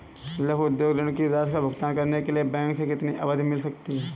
लघु उद्योग ऋण की राशि का भुगतान करने के लिए बैंक से कितनी अवधि मिल सकती है?